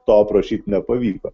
to aprašyt nepavyko